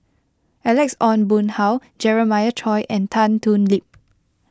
Alex Ong Boon Hau Jeremiah Choy and Tan Thoon Lip